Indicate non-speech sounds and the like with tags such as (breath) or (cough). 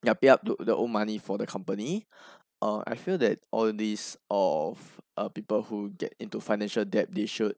yup pay up to their own money for the company (breath) uh I feel that all these of uh people who get into financial debt they should